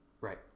Right